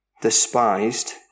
despised